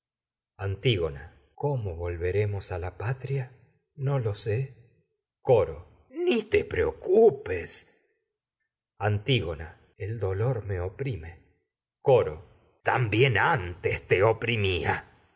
antígona coro cómo la patria no lo sé ni te preocupes antígona coro el dolor me oprime oprimía también antes te